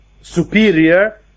superior